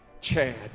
Chad